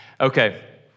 Okay